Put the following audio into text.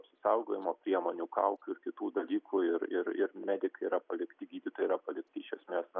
apsisaugojimo priemonių kaukių ir kitų dalykų ir ir ir medikai yra palikti gydytojai yra palikti iš esmės na